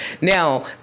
now